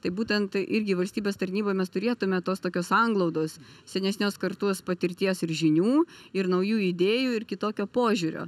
tai būtent tai irgi valstybės tarnyboj mes turėtume tos tokios sanglaudos senesnės kartos patirties ir žinių ir naujų idėjų ir kitokio požiūrio